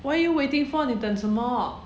what are you waiting for 你等什么